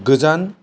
गोजान